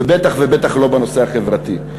ובטח לא בנושא החברתי.